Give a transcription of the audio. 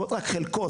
רק חלקו.